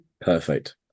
Perfect